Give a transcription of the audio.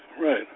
Right